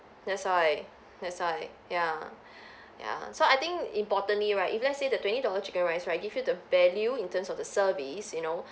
that's why that's why ya ya so I think importantly right if let's say the twenty dollar chicken rice right give you the value in terms of the service you know